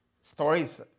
stories